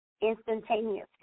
instantaneously